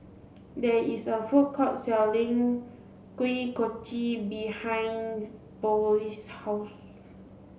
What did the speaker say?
there is a food court selling Kuih Kochi behind Boyd's house